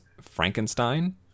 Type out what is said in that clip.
Frankenstein